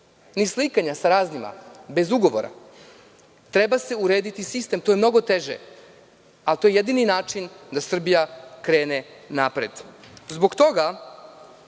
ni slikanje sa raznima, bez ugovora. Treba se urediti sistem. To je mnogo teže, ali to je jedini način da Srbija krene napred. Zbog toga